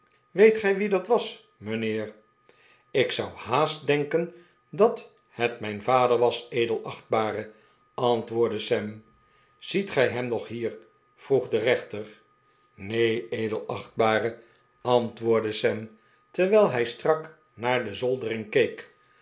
weet gij wie dat was mijnheer ik zou haast denken dat het mijn vader was edelachtbare antwoordde sam ziet gij hem nog hier vroeg de rechter neen edelachtbare antwoordde sam terwijl hij strak naar de zoldering